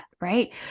Right